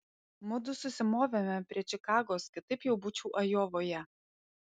mudu susimovėme prie čikagos kitaip jau būčiau ajovoje